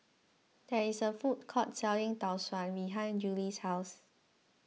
there is a food court selling Tau Suan behind Julie's house